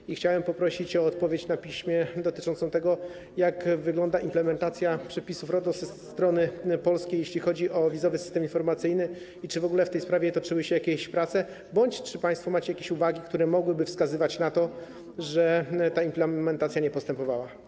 I chciałem poprosić o odpowiedź na piśmie dotyczącą tego, jak wygląda implementacja przepisów RODO ze strony polskiej, jeżeli chodzi o wizowy system informacyjny i czy w ogóle w tej sprawie toczyły się jakieś prace bądź czy państwo macie jakieś uwagi, które mogłyby wskazywać na to, że ta implementacja nie postępowała.